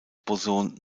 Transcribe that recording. boson